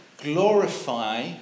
glorify